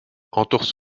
entorse